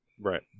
right